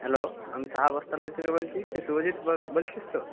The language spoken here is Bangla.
হ্যালো আমি সাহা বস্ত্রালয় থেকে বলছি তুই শুভজিৎ বলছিস তো